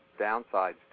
downsides